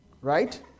right